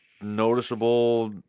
noticeable